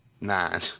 Nine